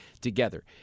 together